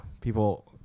people